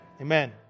amen